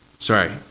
Sorry